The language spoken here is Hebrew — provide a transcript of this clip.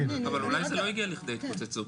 אבל אולי זה לא הגיע לכדי התפוצצות,